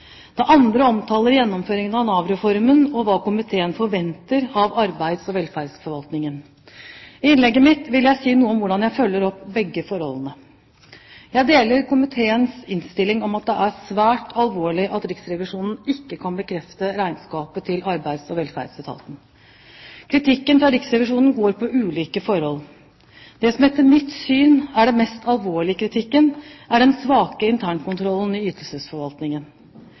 Det andre omtaler gjennomføringen av Nav-reformen og hva komiteen forventer av arbeids- og velferdsforvaltningen. I innlegget mitt vil jeg si noe om hvordan jeg følger opp begge forholdene. Jeg deler komiteens innstilling om at det er svært alvorlig at Riksrevisjonen ikke kan bekrefte regnskapet til Arbeids- og velferdsetaten. Kritikken fra Riksrevisjonen går på ulike forhold. Det som etter mitt syn er mest alvorlig i kritikken, er den svake internkontrollen i ytelsesforvaltningen.